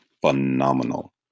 phenomenal